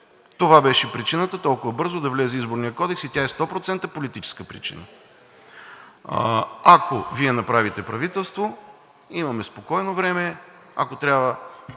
Това беше причината толкова бързо да влезе Изборният кодекс и тя е 100% политическа причина. Ако Вие направите правителство, имаме спокойно време, ако трябва,